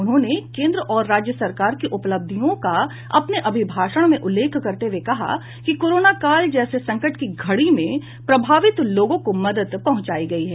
उन्होंने केन्द्र और राज्य सरकार की उपलब्धियों का अपने अभिभाषण में उल्लेख करते हुए कहा कि कोरोना काल जैसे संकट की घड़ी में प्रभावित लोगों को मदद पहुंचायी गयी है